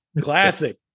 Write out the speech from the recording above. Classic